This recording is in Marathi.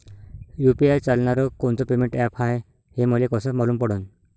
यू.पी.आय चालणारं कोनचं पेमेंट ॲप हाय, हे मले कस मालूम पडन?